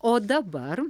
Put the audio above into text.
o dabar